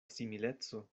simileco